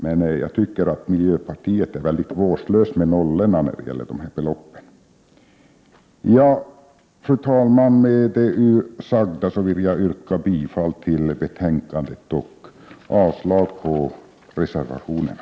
Jag tycker emellertid att miljöpartiet är vårdslöst med nollorna när det gäller de här beloppen. Fru talman! Med det sagda vill jag yrka bifall till utskottets hemställan och avslag på reservationerna.